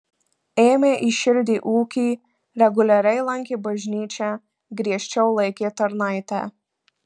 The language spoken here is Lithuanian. ėmė į širdį ūkį reguliariai lankė bažnyčią griežčiau laikė tarnaitę